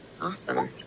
Awesome